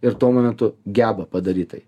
ir tuo momentu geba padaryt tai